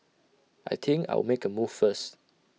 I think I'll make A move first